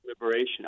liberation